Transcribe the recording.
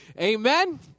Amen